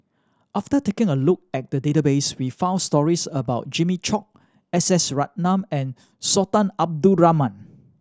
after taking a look at the database we found stories about Jimmy Chok S S Ratnam and Sultan Abdul Rahman